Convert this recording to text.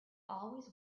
always